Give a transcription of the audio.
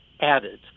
added